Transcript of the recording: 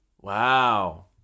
Wow